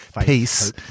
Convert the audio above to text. peace